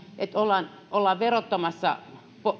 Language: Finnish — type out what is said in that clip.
ollaan ollaan verottamassa